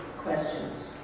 questions.